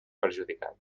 perjudicat